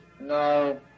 No